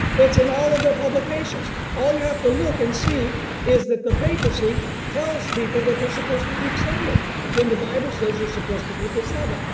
it's in all of their publications. all you have to look and see is that the papacy tells people that they're supposed to keep sunday when the bible says you're supposed to keep the sabbath.